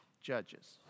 Judges